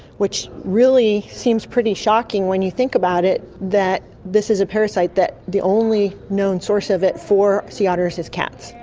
which really seems pretty shocking when you think about it, that this is a parasite that the only known source of it for sea otters is cats.